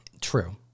True